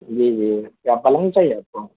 جی جی کیا پلنگ چاہیے آپ کو